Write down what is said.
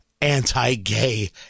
Anti-gay